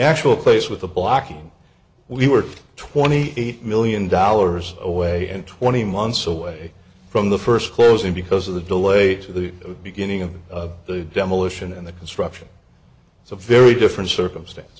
actual place with the blocking we were twenty eight million dollars away and twenty months away from the first closing because of the delay to the beginning of the demolition and the construction it's a very different circumstance